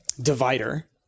divider